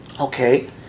Okay